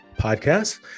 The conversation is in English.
podcast